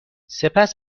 سپس